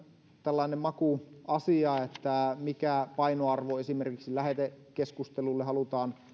tällainen makuasia mikä painoarvo esimerkiksi lähetekeskustelulle halutaan